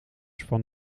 van